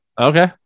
Okay